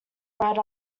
right